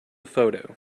photo